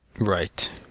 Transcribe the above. right